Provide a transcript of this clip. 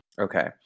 Okay